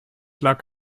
lag